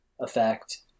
effect